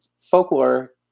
folklore